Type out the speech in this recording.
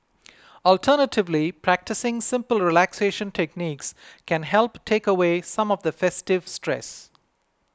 alternatively practising simple relaxation techniques can help take away some of the festive stress